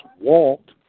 walked